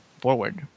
forward